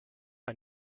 ein